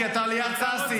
כי אתה ליד ששי.